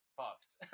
fucked